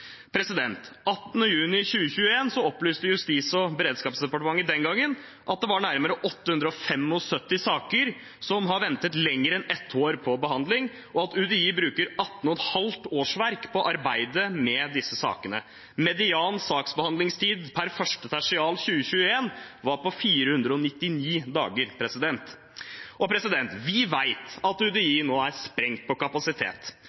opplyste Justis- og beredskapsdepartementet at det den gangen var nærmere 875 saker som hadde ventet lenger enn ett år på behandling, og at UDI brukte 18,5 årsverk på å arbeide med disse sakene. Median saksbehandlingstid per 1. tertial 2021 var på 499 dager. Vi vet at kapasiteten til UDI nå er sprengt på